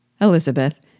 Elizabeth